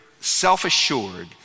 self-assured